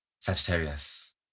Sagittarius